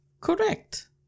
Correct